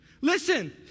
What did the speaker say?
Listen